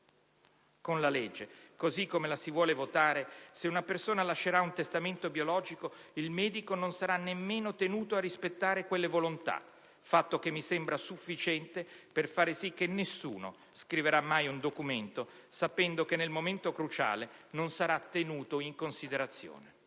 Con la legge che si vuole votare, se una persona lascerà un testamento biologico, il medico non sarà nemmeno tenuto a rispettare quelle volontà: fatto che mi sembra sufficiente per far sì che nessuno scriva mai un documento, sapendo che nel momento cruciale non sarà tenuto in considerazione.